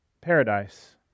paradise